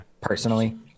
Personally